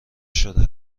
شده